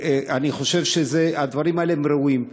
אני חושב שהדברים האלה הם ראויים.